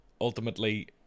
ultimately